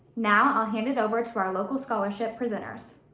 now i'll hand it over to our local scholarship presenters.